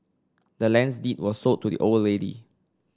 the land's deed was sold to the old lady